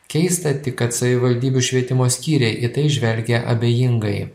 keista tik kad savivaldybių švietimo skyriai į tai žvelgia abejingai